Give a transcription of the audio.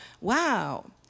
wow